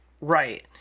Right